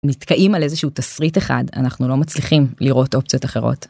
נתקעים על איזשהו תסריט אחד, אנחנו לא מצליחים לראות אופציות אחרות.